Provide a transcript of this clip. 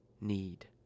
need